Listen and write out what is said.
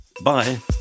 Bye